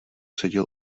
seděl